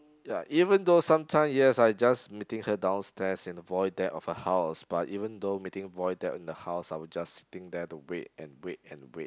ya even though sometime yes I just meeting her downstairs in the void deck of her house but even though meeting void deck in the house I will just sitting there to wait and wait and wait